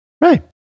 right